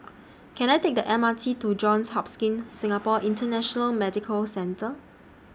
Can I Take The M R T to Johns Hopkins Singapore International Medical Centre